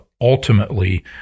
ultimately